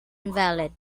invalid